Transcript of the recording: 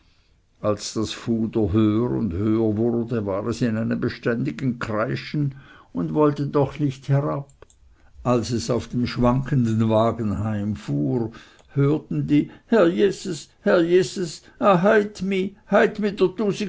als das fuder höher und höher wurde war es in einem beständigen kreischen und wollte doch nicht herab als es auf dem schwankenden wagen heimfuhr hörten die herr jeses herr jeses ach heyt mih